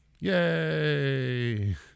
yay